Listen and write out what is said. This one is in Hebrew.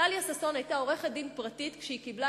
טליה ששון היתה עורכת-דין פרטית כשהיא קיבלה